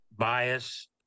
bias